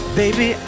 baby